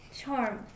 Charm